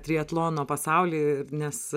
triatlono pasaulį nes